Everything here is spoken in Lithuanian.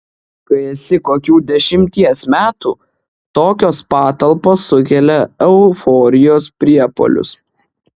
kai esi kokių dešimties metų tokios patalpos sukelia euforijos priepuolius